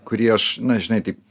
kurį aš na žinai taip